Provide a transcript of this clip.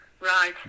Right